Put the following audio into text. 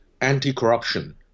anti-corruption